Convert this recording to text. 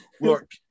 Look